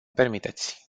permiteți